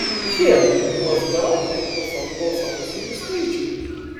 šie usb raktai taip pat saugo balsavusiųjų skaičių